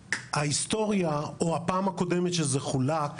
ההיסטוריה או הפעם הקודמת שזה חולק,